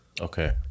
Okay